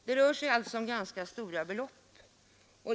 Det rör sig alltså om ganska stora belopp.